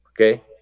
okay